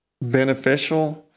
beneficial